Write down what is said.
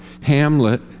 hamlet